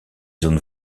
zones